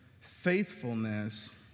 faithfulness